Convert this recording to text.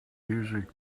music